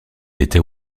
était